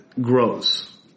grows